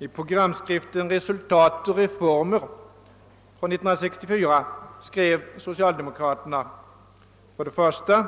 I programskriften »Resultat och Reformer» år 1964 krävde socialdemokraterna: 1.